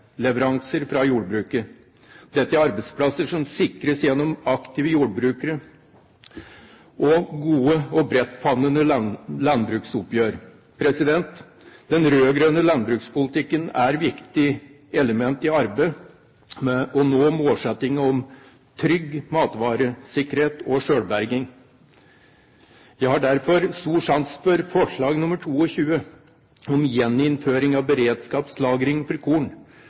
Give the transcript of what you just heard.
fra jordbruket. Dette er arbeidsplasser som sikres gjennom aktive jordbrukere og gode og bredtfavnende landbruksoppgjør. Den rød-grønne landbrukspolitikken er et viktig element i arbeidet med å nå målsettingen om trygg matvaresikkerhet og selvberging. Jeg har derfor stor sans for forslag nr. 22, om gjeninnføring av beredskapslagring av korn.